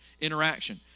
interaction